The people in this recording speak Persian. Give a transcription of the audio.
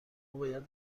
باید